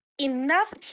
enough